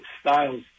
styles